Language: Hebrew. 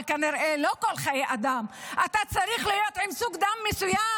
אבל כנראה לא כל חיי אדם: אתה צריך להיות עם סוג דם מסוים,